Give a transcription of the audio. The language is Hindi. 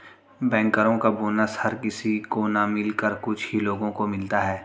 बैंकरो का बोनस हर किसी को न मिलकर कुछ ही लोगो को मिलता है